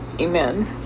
amen